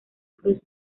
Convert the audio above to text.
cruz